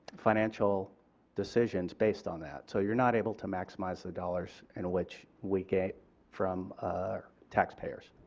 financial decisions based on that. so you're not able to maximize the dollars in which we get from taxpayers.